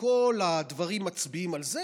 וכל הדברים מצביעים על זה,